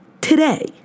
today